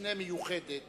משנה מיוחדת